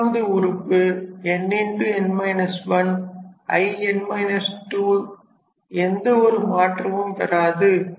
மூன்றாவது உறுப்புn In 2எந்த ஒரு மாற்றமும் பெறாது